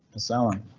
miss allen